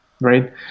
right